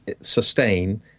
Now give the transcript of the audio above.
sustain